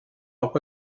auch